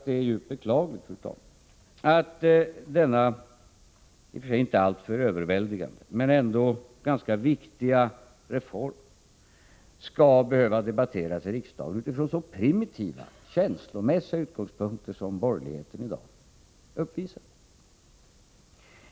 Det är djupt beklagligt, fru talman, att denna i och för sig inte alltför överväldigande men ändå ganska viktiga reform skall behöva debatteras i riksdagen från så primitiva och känslomässiga utgångspunkter, på det sätt som borgerligheten i dag gör.